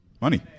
Money